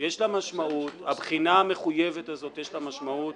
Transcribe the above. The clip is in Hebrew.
הבחינה המחויבת הזאת יש לה משמעות.